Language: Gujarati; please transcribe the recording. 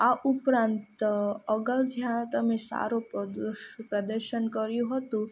આ ઉપરાંત અગાઉ જ્યાં તમે સારો પ્રદોશ પ્રદર્શન કર્યું હતું